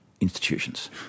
institutions